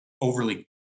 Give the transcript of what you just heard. overly